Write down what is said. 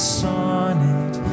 sonnet